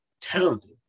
talented